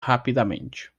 rapidamente